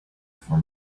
for